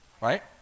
Right